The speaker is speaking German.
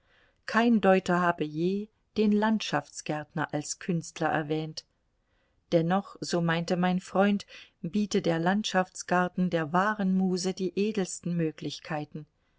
kein deuter habe je den landschaftsgärtner als künstler erwähnt dennoch so meinte mein freund biete der landschaftsgarten der wahren muse die edelsten möglichkeiten